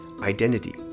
identity